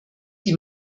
die